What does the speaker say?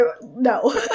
No